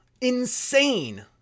Insane